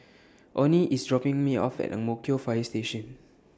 Onie IS dropping Me off At Ang Mo Kio Fire Station